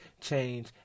change